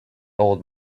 old